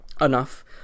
enough